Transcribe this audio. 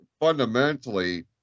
fundamentally